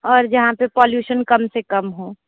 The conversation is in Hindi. और जहाँ पर पॉल्यूशन कम से कम हो